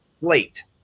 plate